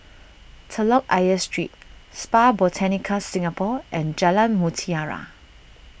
Telok Ayer Street Spa Botanica Singapore and Jalan Mutiara